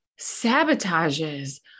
sabotages